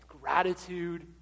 gratitude